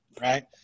right